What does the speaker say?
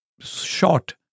short